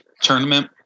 tournament